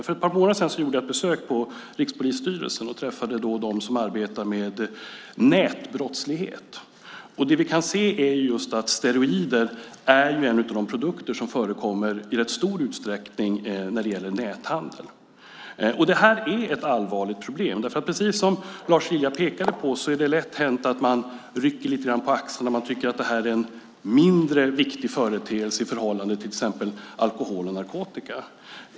För ett par vårar sedan gjorde jag ett besök på Rikspolisstyrelsen och träffade dem som arbetar med nätbrottslighet. Det vi kan se är att just steroider är en av de produkter som förekommer i rätt stor utsträckning när det gäller näthandel. Det är ett allvarligt problem. Precis som Lars Lilja pekade på är det lätt hänt att man rycker lite på axlarna och tycker att det är en mindre viktig företeelse i förhållande till exempelvis alkohol och narkotika.